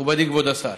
מכובדי כבוד השר,